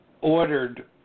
ordered